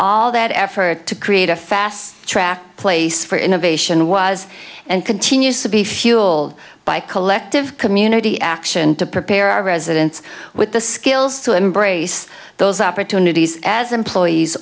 all that effort to create a fast track place for innovation was and continues to be fueled by collective community action to prepare our residents with the skills to embrace those opportunities as employees